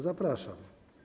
Zapraszam.